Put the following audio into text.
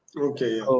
Okay